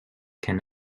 can